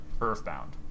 Earthbound